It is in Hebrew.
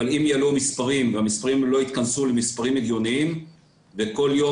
אבל אם יעלו המספרים והמספרים לא יתכנסו למספרים הגיוניים ובכל יום